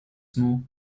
small